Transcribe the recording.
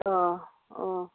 ओह ओह